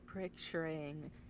picturing